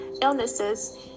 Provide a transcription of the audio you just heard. illnesses